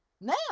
now